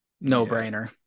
No-brainer